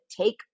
take